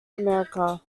america